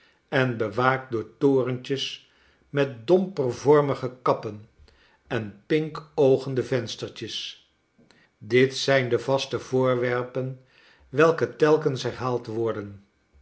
en bewaakt door torentjes met dompervormige kappen en pinkoogende venstertjes dit zijn de vaste voorwerpen welke telkens herhaald worden